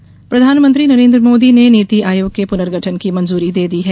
नीति आयोग प्रधानमंत्री नरेन्द्र मोदी ने नीति आयोग के पुनर्गठन की मंजूरी दे दी है